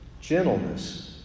gentleness